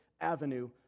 avenue